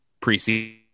preseason